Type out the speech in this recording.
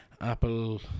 Apple